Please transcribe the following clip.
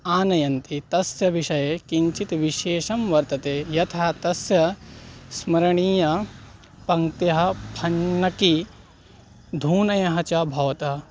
आनयन्ति तस्य विषये किञ्चित् विशेषं वर्तते यथा तस्य स्मरणीय पङ्क्त्यः फन्नकी धूनयः च भवतः